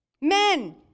Men